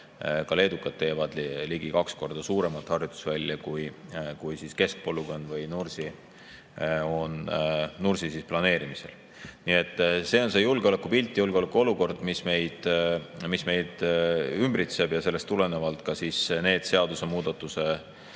ka leedukad teevad ligi kaks korda suuremat harjutusvälja, kui keskpolügoon või Nursi on planeerimisel. Nii et see on julgeolekupilt, julgeolekuolukord, mis meid ümbritseb, ja sellest tulenevalt on ka need seaduse muutmise